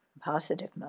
positive